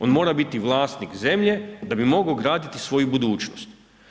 On mora biti vlasnik zemlje da bi mogao graditi svoju budućnost.